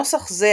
נוסח זה,